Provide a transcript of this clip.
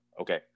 Okay